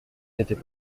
était